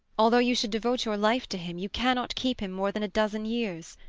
although you should devote your life to him you cannot keep him more than a dozen years.